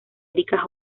erika